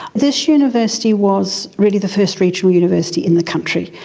this university was really the first regional university in the country.